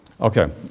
Okay